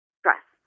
stress